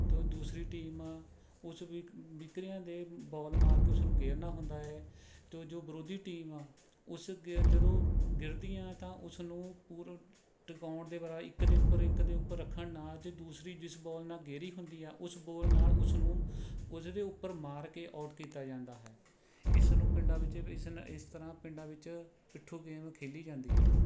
ਅਤੇ ਦੂਸਰੀ ਟੀਮ ਉਸ ਵੀ ਵਿੱਕਰੀਆਂ ਦੇ ਬੋਲ ਮਾਰ ਕੇ ਉਸ ਨੂੰ ਗੇਰਨਾ ਹੁੰਦਾ ਹੈ ਅਤੇ ਜੋ ਵਿਰੋਧੀ ਟੀਮ ਉਸ ਗੇ ਜਦੋਂ ਗਿਰਦੀਆਂ ਹੈ ਤਾਂ ਉਸ ਨੂੰ ਪੁਰ ਟਿਕਾਉਣ ਇੱਕ ਦੇ ਉੱਪਰ ਇੱਕ ਦੇ ਉਪਰ ਰੱਖਣ ਨਾਲ ਜੋ ਦੂਸਰੀ ਜਿਸ ਬੋਲ ਨਾਲ ਗੇਰੀ ਹੁੰਦੀ ਆ ਉਸ ਬੋਲ ਨਾਲ ਉਸ ਨੂੰ ਉਸ ਦੇ ਉੱਪਰ ਮਾਰ ਕੇ ਆਊਟ ਕੀਤਾ ਜਾਂਦਾ ਹੈ ਇਸ ਨੂੰ ਪਿੰਡਾਂ ਵਿੱਚ ਇਸ ਨੇ ਇਸ ਤਰ੍ਹਾਂ ਪਿੰਡਾਂ ਵਿੱਚ ਪਿੱਠੂ ਗੇਮ ਖੇਡੀ ਜਾਂਦੀ ਹੈ